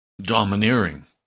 domineering